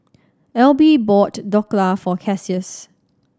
Elby bought Dhokla for Cassius